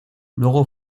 luego